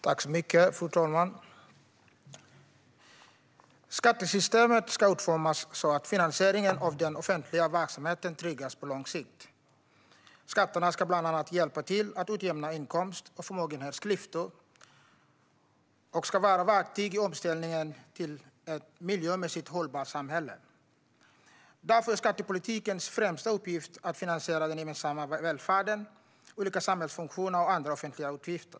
Fru talman! Skattesystemet ska utformas så att finansieringen av den offentliga verksamheten tryggas på lång sikt. Skatterna ska bland annat hjälpa till att utjämna inkomst och förmögenhetsklyftor, och de ska vara verktyg i omställningen till ett miljömässigt hållbart samhälle. Därför är skattepolitikens främsta uppgift att finansiera den gemensamma välfärden, olika samhällsfunktioner och andra offentliga utgifter.